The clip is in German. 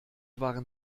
waren